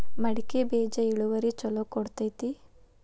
ಮಡಕಿ ಬೇಜ ಇಳುವರಿ ಛಲೋ ಕೊಡ್ತೆತಿ?